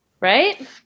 right